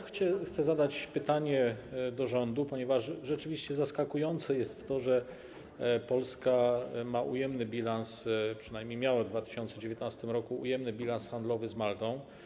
Chcę skierować pytanie do rządu, ponieważ rzeczywiście zaskakujące jest to, że Polska ma, a przynajmniej miała w 2019 r. ujemny bilans handlowy z Maltą.